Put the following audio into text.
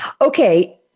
Okay